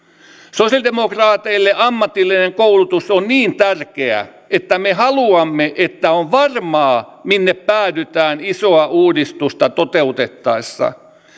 sosiaalidemokraateille ammatillinen koulutus on niin tärkeä että me haluamme että on varmaa minne päädytään isoa uudistusta toteutettaessa